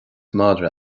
madra